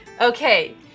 Okay